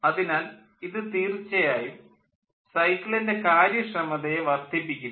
അതിനാൽ ഇത് തീർച്ചയായും സൈക്കിളിൻ്റെ താപ കാര്യക്ഷമതയെ വർദ്ധിപ്പിക്കുന്നു